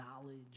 knowledge